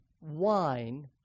wine